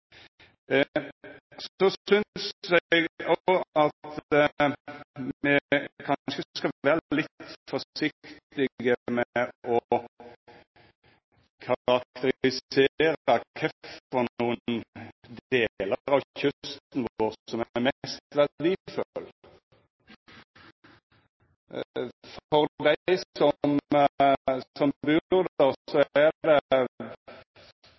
kanskje skal vera litt forsiktige med å karakterisera kva delar av kysten vår som er mest verdifull. For dei som bur der, er det